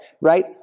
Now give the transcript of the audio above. right